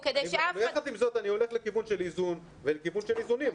יחד עם זאת אני הולך לכיוון של איזון ולכיוון של איזונים.